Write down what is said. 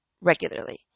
regularly